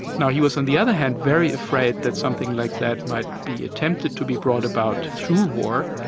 now, he was on the other hand very afraid that something like that might be attempted to be brought about through war,